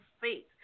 faith